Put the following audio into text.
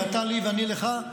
אתה לי ואני לך,